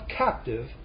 captive